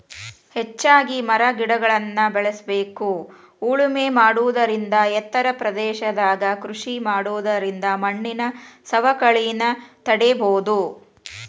ಹೆಚ್ಚಿಗಿ ಮರಗಿಡಗಳ್ನ ಬೇಳಸ್ಬೇಕು ಉಳಮೆ ಮಾಡೋದರಿಂದ ಎತ್ತರ ಪ್ರದೇಶದಾಗ ಕೃಷಿ ಮಾಡೋದರಿಂದ ಮಣ್ಣಿನ ಸವಕಳಿನ ತಡೇಬೋದು